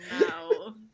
no